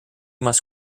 must